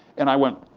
and i went,